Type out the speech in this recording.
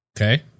Okay